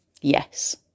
Yes